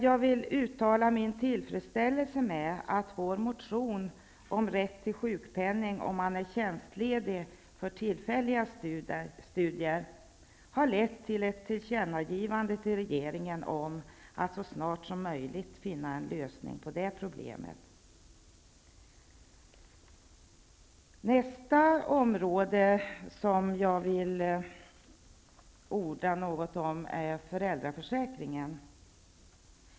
Jag vill uttala min tillfredsställelse över att vår motion om rätt till sjukpenning för den som är tjänstledig för tillfälliga studier har lett till ett tillkännagivande till regeringen av att man så snart som möjligt bör finna en lösning på det problemet. Nästa område som jag vill orda något om är föräldraförsäkringen.